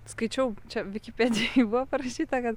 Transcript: skaičiau čia vikipedijoj buvo parašyta kad